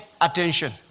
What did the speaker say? attention